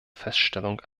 feststellung